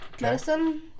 medicine